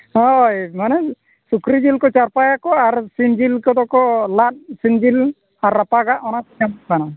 ᱦᱳᱭ ᱢᱟᱱᱮ ᱥᱩᱠᱨᱤ ᱡᱤᱞ ᱠᱚ ᱪᱟᱨᱯᱟᱭᱟᱠᱚ ᱟᱨ ᱥᱤᱢ ᱡᱤᱞ ᱠᱚᱫᱚ ᱠᱚ ᱞᱟᱫ ᱥᱤᱢ ᱡᱤᱞ ᱟᱨ ᱨᱟᱯᱟᱜᱟᱜ ᱚᱱᱟ ᱧᱟᱢᱚᱜ ᱠᱟᱱᱟ